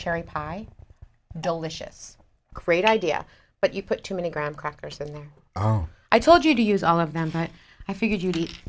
cherry pie delicious great idea but you put too many graham crackers and i told you to use all of them but i figured you'd eat